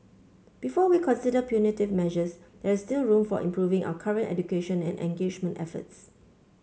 before we consider punitive measures there is still room for improving our current education and engagement efforts